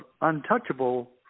untouchable